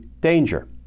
danger